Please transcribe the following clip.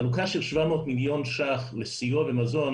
חלוקה של 700,000,000 ₪ לסיוע ומזון,